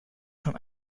from